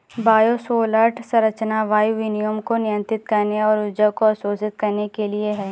bioshelter संरचना वायु विनिमय को नियंत्रित करने और ऊर्जा को अवशोषित करने के लिए है